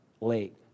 late